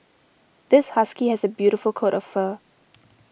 this husky has a beautiful coat of fur